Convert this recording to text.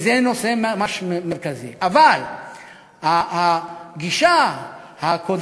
כי זה נושא ממש מרכזי.